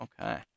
okay